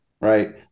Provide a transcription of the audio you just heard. Right